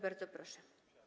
Bardzo proszę.